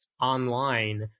online